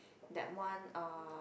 that one uh